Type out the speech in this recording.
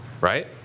right